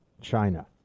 China